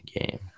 game